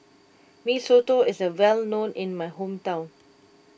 Mee Soto is a well known in my hometown